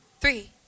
Three